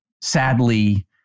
sadly